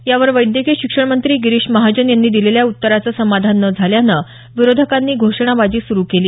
यावर वैद्यकीय शिक्षण मंत्री गिरीश महाजन यांनी दिलेल्या उत्तराचं समाधान न झाल्यानं विरोधकांनी घोषणा बाजी सुरु केली